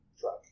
truck